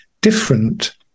different